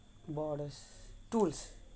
borders tool